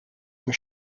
for